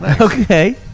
Okay